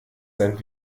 sein